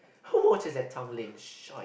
who watches that Tanglin